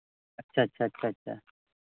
ᱟᱪᱪᱷᱟ ᱟᱪᱪᱷᱟ ᱟᱪᱪᱷᱟ ᱟᱪᱪᱷᱟ